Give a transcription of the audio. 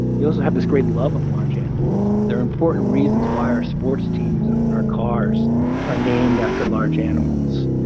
you also have this great love of large animals. there are important reasons why our sports teams and and our cars cars are named after large animals,